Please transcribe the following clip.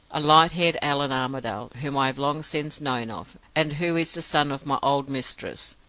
a light-haired allan armadale, whom i have long since known of, and who is the son of my old mistress.